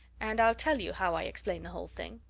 and i'll tell you how i explain the whole thing.